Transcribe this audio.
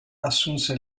assunse